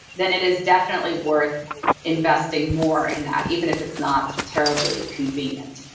then it is definitely worth investing more in that even if it's not terribly convenient.